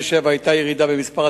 חבר הכנסת זאב, נסתפק?